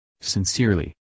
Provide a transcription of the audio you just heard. Sincerely